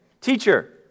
Teacher